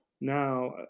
now